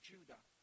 Judah